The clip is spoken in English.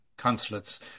consulates